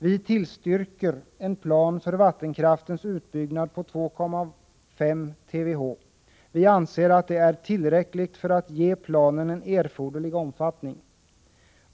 Vi tillstyrker en plan för vattenkraftens utbyggnad med 2,5 TWh, vilket vi anser är tillräckligt för att ge planen en erforderlig omfattning.